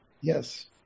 Yes